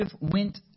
went